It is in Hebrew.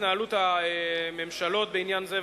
התנהלות הממשלות בעניין זה,